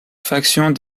factions